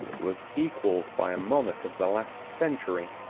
was equalled by a monarch of the last century,